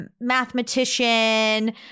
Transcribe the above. mathematician